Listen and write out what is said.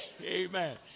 Amen